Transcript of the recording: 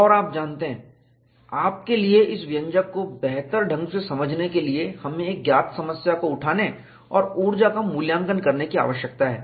और आप जानते हैं आपके लिए इस व्यंजक को बेहतर ढंग से समझने के लिए हमें एक ज्ञात समस्या को उठाने और ऊर्जा का मूल्यांकन करने की आवश्यकता है